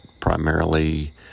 primarily